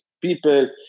people